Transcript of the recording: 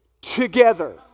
together